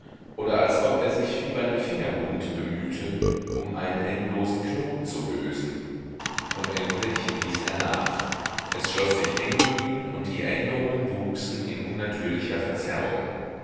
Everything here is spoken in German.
oder als ob er sich fiebernde finger wundbemühte um einen endlosen knoten zu lösen und endlich ließ er nach es schloß sich eng um ihn und die erinnerungen wuchsen in unnatürlicher verzerrung